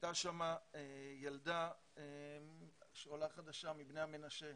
הייתה שם ילדה עולה חדשה מבני מנשה.